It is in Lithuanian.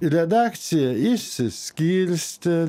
redakcija išsiskirstė